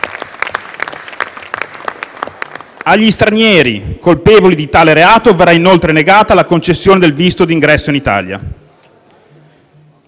Agli stranieri colpevoli di tale reato verrà, inoltre, negata la concessione del visto di ingresso in Italia.